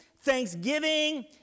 thanksgiving